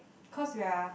cause we are